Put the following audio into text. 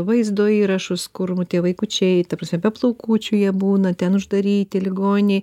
vaizdo įrašus kur nu tie vaikučiai ta prasme be plaukučių jie būna ten uždaryti ligoninėj